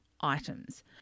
items